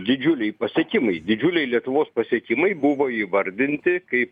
didžiuliai pasiekimai didžiuliai lietuvos pasiekimai buvo įvardinti kai